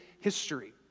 history